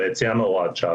ביציאה מהוראת השעה,